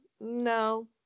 no